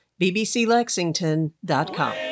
bbclexington.com